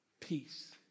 peace